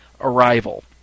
arrival